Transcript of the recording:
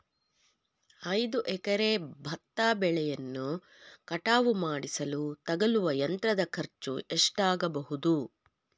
ಐದು ಎಕರೆ ಭತ್ತ ಬೆಳೆಯನ್ನು ಕಟಾವು ಮಾಡಿಸಲು ತಗಲುವ ಯಂತ್ರದ ಖರ್ಚು ಎಷ್ಟಾಗಬಹುದು?